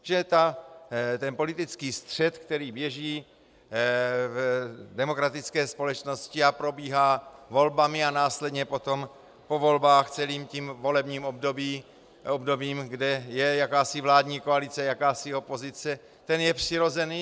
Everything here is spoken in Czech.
Že ten politický střet, který běží v demokratické společnosti a probíhá volbami a následně potom po volbách celým tím volebním obdobím, kde je jakási vládní koalice, jakási opozice, ten je přirozený.